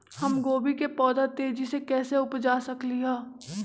हम गोभी के पौधा तेजी से कैसे उपजा सकली ह?